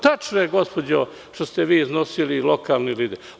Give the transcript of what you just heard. Tačno je gospođo što ste vi iznosili lokalne lidere.